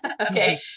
okay